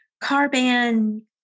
carbon